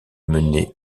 menait